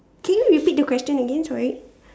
can you repeat the question again sorry